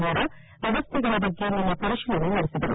ವೋರಾ ವ್ಯವಸ್ಥೆಗಳ ಬಗ್ಗೆ ನಿನ್ತೆ ಪರಿಶೀಲನೆ ನಡೆಸಿದರು